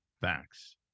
facts